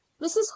mrs